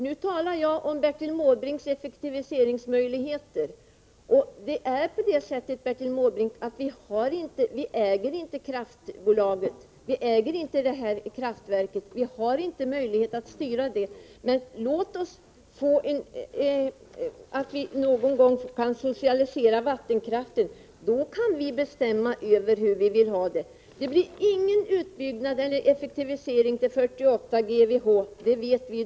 Nu talar jag om möjligheterna till den effektivisering Bertil Måbrink förordar. Vi äger inte kraftbolaget, vi äger inte kraftverket, vi har inte möjlighet att styra det. Om vi någon gång kan socialisera vattenkraften kan vi bestämma över hur vi vill ha det. Men i dag blir det ingen utbyggnad eller effektivisering till 48 GWh — det vet vi.